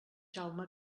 jaume